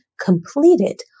completed